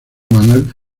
manuel